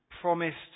promised